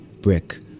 Brick